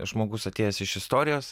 žmogus atėjęs iš istorijos